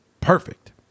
perfect